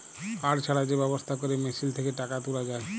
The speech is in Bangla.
কাড় ছাড়া যে ব্যবস্থা ক্যরে মেশিল থ্যাকে টাকা তুলা যায়